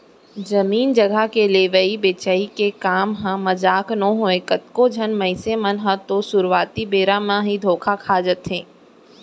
जमीन जघा के लेवई बेचई के काम ह मजाक नोहय कतको झन मनसे मन ह तो सुरुवाती बेरा म ही धोखा खा जाथे